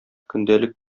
көндәлек